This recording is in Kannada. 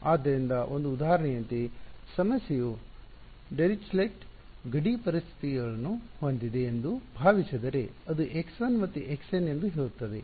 ಆದ್ದರಿಂದ ಒಂದು ಉದಾಹರಣೆಯಂತೆ ಸಮಸ್ಯೆಯು ಡಿರಿಚ್ಲೆಟ್ ಗಡಿ ಪರಿಸ್ಥಿತಿಗಳನ್ನು ಹೊಂದಿದೆ ಎಂದು ಭಾವಿಸಿದರೆ ಅದು x1 ಮತ್ತು xN ಎಂದು ಹೇಳುತ್ತದೆ